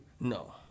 No